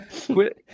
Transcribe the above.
Quit